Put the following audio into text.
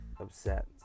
upset